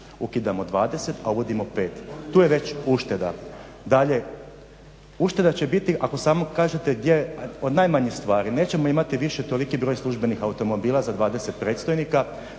Ukidamo 20, a uvodimo 5, tu je već ušteda. … /Upadica se ne razumije./ … Ušteda će biti ako samo kažete gdje od najmanjih stvari, nećemo imati više toliki broj službenih automobila za 20 predstojnika,